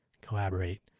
collaborate